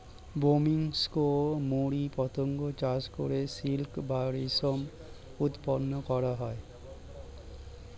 Bombyx মরি পতঙ্গ চাষ করে সিল্ক বা রেশম উৎপন্ন করা হয়